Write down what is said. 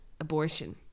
abortion